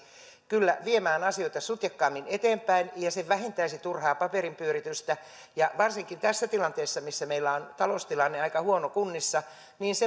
kyllä viemään asioita sutjakkaammin eteenpäin ja vähentäisi turhaa paperinpyöritystä ja varsinkin tässä tilanteessa missä meillä on taloustilanne aika huono kunnissa